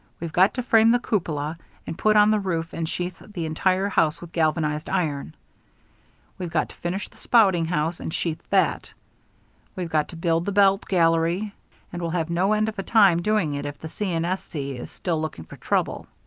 we've got to frame the cupola and put on the roof and sheathe the entire house with galvanized iron we've got to finish the spouting house and sheathe that we've got to build the belt gallery and we'll have no end of a time doing it if the c. and s. c. is still looking for trouble.